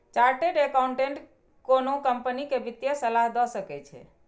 chartered accountant कोनो company कें वित्तीय सलाह दए सकै छै